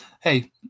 hey